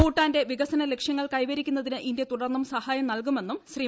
ഭൂട്ടാന്റെ വികസന ലക്ഷ്യങ്ങൾ കൈവരിക്കുന്നതിന് ഇന്ത്യ തുടർന്നും സഹായം നൽകുമെന്നും ശ്രീ